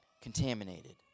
contaminated